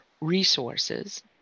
resources